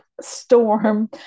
storm